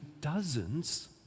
dozens